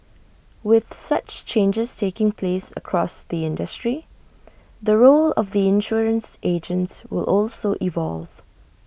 with such changes taking place across the industry the role of the insurance agents will also evolve